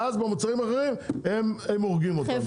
ובמוצרים אחרים הם הורגים אותם.